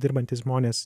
dirbantys žmonės